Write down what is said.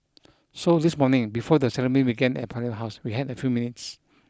so this morning before the ceremony began at Parliament House we had a few minutes